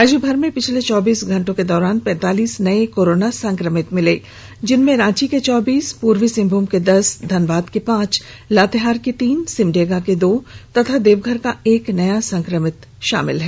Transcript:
राज्यभर में पिछले चौबीस घंटे के दौरान पैंतालीस नए कोरोना संक्रमित मिले हैं जिनमें रांची के चौबीस पूर्वी सिंहभूम के दस धनबाद के पांच लातेहार के तीन सिमडेगा के दो तथा देवघर का एक नया संक्रमित शामिल है